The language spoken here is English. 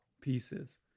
pieces